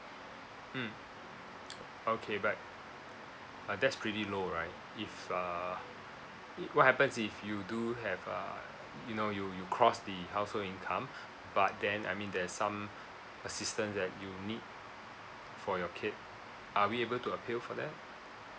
mm okay but uh that's pretty low right if err what happens if you do have err you know you you cross the household income but then I mean there's some assistance that you need for your kid are we able to appeal for that